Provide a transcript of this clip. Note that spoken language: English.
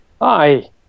Hi